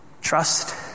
trust